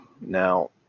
now